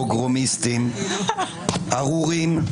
פוגרומיסטים, ארורים,